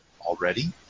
already